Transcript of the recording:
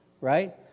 right